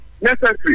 necessary